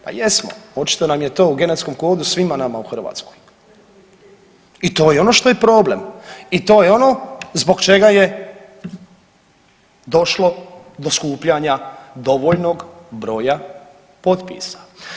Pa jesmo, očito nam je to u genetskom kodu svima nama u Hrvatskoj i to je ono što je problem i to je ono zbog čega je došlo do skupljanja dovoljnog broja potpisa.